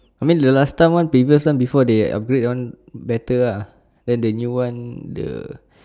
I mean the last time one previous this one before they upgrade one better ah than the new one the